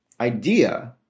idea